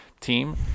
team